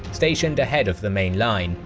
stationed ahead of the main line,